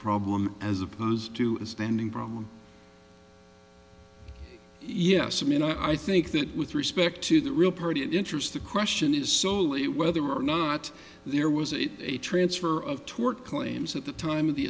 problem as opposed to spending brom yes i mean i think that with respect to the real party in interest the question is solely whether or not there was it a transfer of tort claims at the time of the